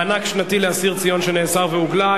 מענק שנתי לאסיר ציון שנאסר ושהוגלה),